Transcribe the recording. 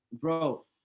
Bro